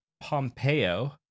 Pompeo